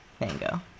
mango